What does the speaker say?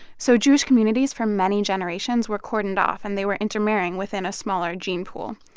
so jewish communities from many generations were cordoned off and they were intermarrying within a smaller gene pool.